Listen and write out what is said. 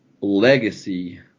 legacy